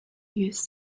used